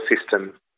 system